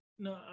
No